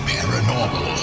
Paranormal